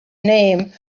name